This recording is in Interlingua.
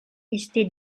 iste